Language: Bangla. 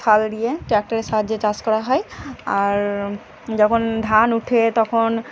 ফাল দিয়ে ট্রাক্টরের সাহায্যে চাষ করা হয় আর যখন ধান উঠে তখন